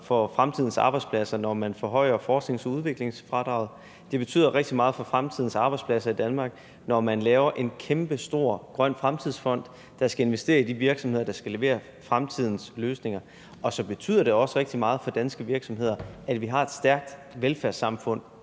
for fremtidens arbejdspladser, når man forhøjer forsknings- og udviklingsfradraget, det betyder rigtig meget for fremtidens arbejdspladser i Danmark, når man laver en kæmpestor grøn fremtidsfond, der skal investere i de virksomheder, der skal levere fremtidens løsninger. Og så betyder det også rigtig meget for danske virksomheder, at vi har et stærkt velfærdssamfund